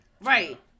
Right